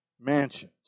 mansions